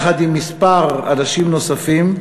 יחד עם כמה אנשים נוספים,